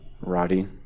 Roddy